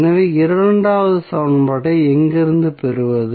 எனவே இரண்டாவது சமன்பாட்டை எங்கிருந்து பெறுவோம்